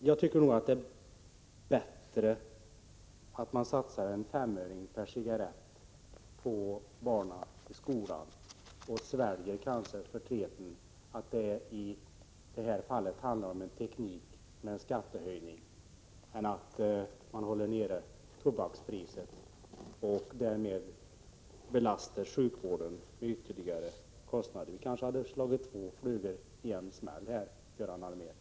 Herr talman! Jag tycker att det är bättre att man satsar en femöring per cigarett på barnen i skolan och sväljer förtreten att det i det här fallet handlar om en teknik med en skattehöjning än att man håller nere tobakspriset och därmed belastar sjukvården med ytterligare kostnader. Vi kanske hade kunnat slå två flugor i en smäll här, Göran Allmér.